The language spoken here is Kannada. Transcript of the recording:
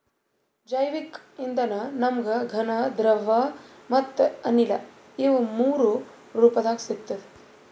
ಜೈವಿಕ್ ಇಂಧನ ನಮ್ಗ್ ಘನ ದ್ರವ ಮತ್ತ್ ಅನಿಲ ಇವ್ ಮೂರೂ ರೂಪದಾಗ್ ಸಿಗ್ತದ್